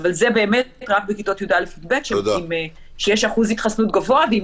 זה באמת רק בכיתות י"א-י"ב שיש אחוז התחסנות גבוה ואם